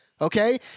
okay